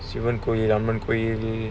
சிவன்கோயில்அம்மன்கோயில்:sivan koyil amman koyil